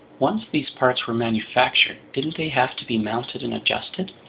once these parts were manufactured, didn't they have to be mounted and adjusted?